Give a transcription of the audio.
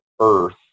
Earth